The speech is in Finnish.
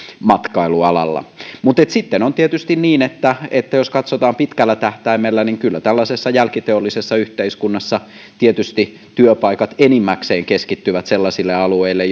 matkailualalla mutta sitten on tietysti niin että että jos katsotaan pitkällä tähtäimellä niin kyllä tällaisessa jälkiteollisessa yhteiskunnassa työpaikat enimmäkseen keskittyvät sellaisille alueille